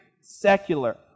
secular